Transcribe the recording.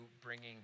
bringing